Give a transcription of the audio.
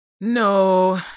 No